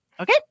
Okay